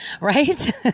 right